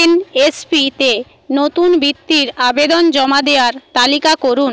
N S P তে নতুন বৃত্তির আবেদন জমা দেওয়ার তালিকা করুন